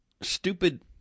stupid